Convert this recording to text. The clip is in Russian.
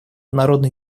народной